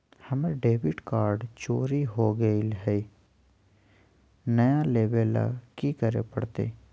हमर debit card चोरी हो गेले हई, नया लेवे ल की करे पड़तई?